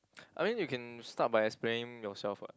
I mean you can start by explaining yourself [what]